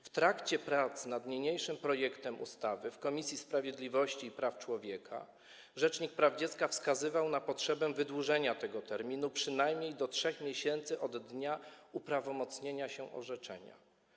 W trakcie prac nad niniejszym projektem ustawy w Komisji Sprawiedliwości i Praw Człowieka rzecznik praw dziecka wskazywał na potrzebę wydłużenia tego terminu do przynajmniej 3 miesięcy od dnia uprawomocnienia się orzeczenia.